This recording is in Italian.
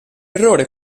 errore